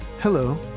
Hello